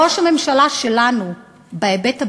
ראש הממשלה שלנו, בהיבט הבין-לאומי,